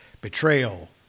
Betrayal